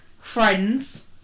friends